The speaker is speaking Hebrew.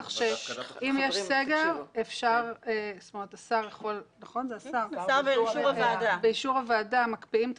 כך שאם יש סגר השר באישור הוועדה מקפיאים את